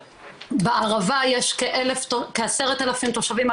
בערבה יש כ-10 אלפים תושבים,